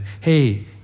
Hey